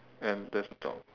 and there's a dog